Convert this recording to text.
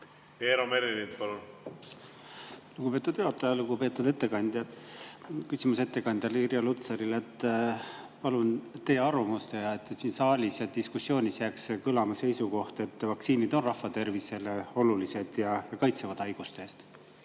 Eero Merilind, palun! Lugupeetud juhataja! Lugupeetud ettekandja! Küsimus ettekandjale Irja Lutsarile. Palun teie arvamust, et siin saalis ja diskussioonis jääks kõlama seisukoht, et vaktsiinid on rahva tervisele olulised ja kaitsevad haiguste eest.